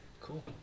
cool